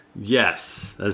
Yes